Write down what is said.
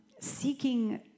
seeking